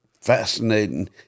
fascinating